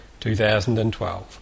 2012